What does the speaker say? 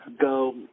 go